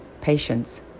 patience